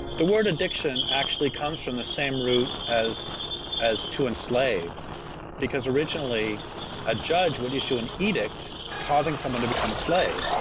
the word addiction actually comes from the same root as as to enslave because originally a judge would issue an edict causing someone to become a slave,